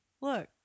look